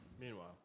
Meanwhile